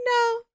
no